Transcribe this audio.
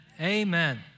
Amen